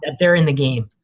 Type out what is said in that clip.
they're in the game.